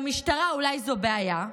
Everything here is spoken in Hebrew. למשטרה אולי זו בעיה,